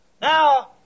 Now